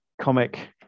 comic